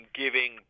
giving